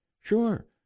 Sure